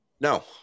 No